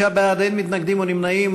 חברי הכנסת, 25 בעד, אין מתנגדים ואין נמנעים.